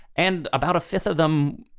and about a fifth of them,